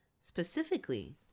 specifically